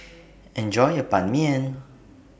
Enjoy your Ban Mian